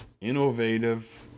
innovative